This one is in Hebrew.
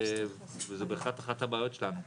וזה בהחלט אחת הבעיות שלנו,